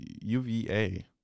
UVA